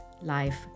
life